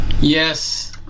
yes